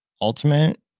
Ultimate